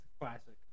classic